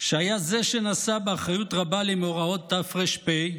שהיה זה שנשא באחריות רבה למאורעות תר"פ,